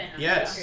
yet